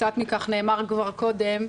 וקצת מכך נאמר כבר קודם,